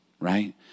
right